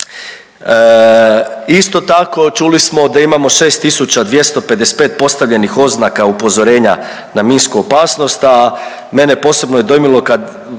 Isto tako čuli smo da imamo 6255 postavljenih oznaka upozorenja na minsku opasnost, a mene posebno je dojmilo kad